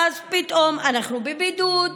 ואז פתאום אנחנו בבידוד,